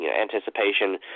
anticipation